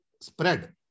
spread